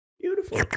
Beautiful